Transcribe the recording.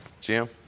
Jim